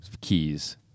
keys